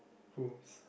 whose